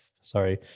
sorry